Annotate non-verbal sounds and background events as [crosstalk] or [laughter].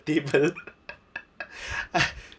table [laughs]